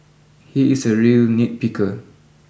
he is a real nit picker